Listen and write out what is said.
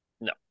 No